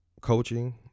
coaching